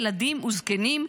ילדים וזקנים,